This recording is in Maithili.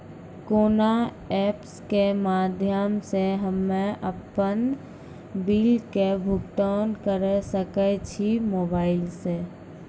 कोना ऐप्स के माध्यम से हम्मे अपन बिल के भुगतान करऽ सके छी मोबाइल से?